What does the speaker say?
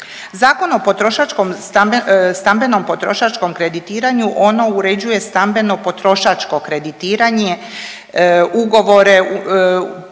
stambenom potrošačkom kreditiranju ono uređuje stambeno potrošačko kreditiranje, ugovore